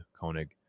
Koenig